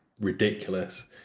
ridiculous